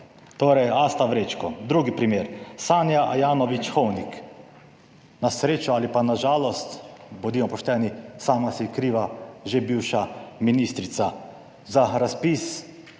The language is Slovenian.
Torej, Asta Vrečko. Drugi primer. Sanja Ajanović Hovnik, na srečo ali pa na žalost, bodimo pošteni, sama si je kriva že bivša ministrica za razpis